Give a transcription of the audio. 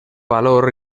valor